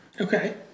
Okay